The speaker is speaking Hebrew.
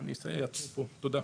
אני אסיים פה, תודה.